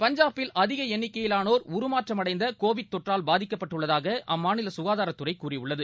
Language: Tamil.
பஞ்சாபில் அதிக எண்ணிக்கையிலானோர் உருமாற்றமடைந்த கோவிட் தொற்றால் பாதிக்கப்பட்டுள்ளதாக அம்மாநில சுகாதாரத்துறை கூறியுள்ளது